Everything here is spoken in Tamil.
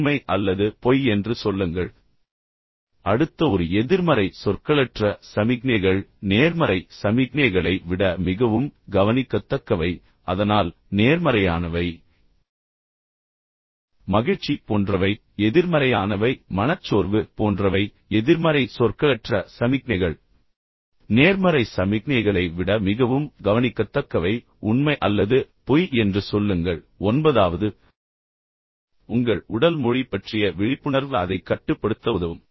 உண்மை அல்லது பொய் என்று சொல்லுங்கள் அடுத்த ஒரு எதிர்மறை சொற்களற்ற சமிக்ஞைகள் நேர்மறை சமிக்ஞைகளை விட மிகவும் கவனிக்கத்தக்கவை அதனால் நேர்மறையானவை மகிழ்ச்சி போன்றவை எதிர்மறையானவை மனச்சோர்வு போன்றவை எதிர்மறை சொற்களற்ற சமிக்ஞைகள் நேர்மறை சமிக்ஞைகளை விட மிகவும் கவனிக்கத்தக்கவை உண்மை அல்லது பொய் என்று சொல்லுங்கள் ஒன்பதாவது உங்கள் உடல் மொழி பற்றிய விழிப்புணர்வு அதை கட்டுப்படுத்த உதவும்